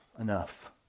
enough